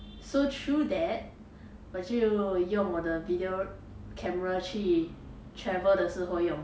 so through that 我就用我的 video camera 去 travel 的时候用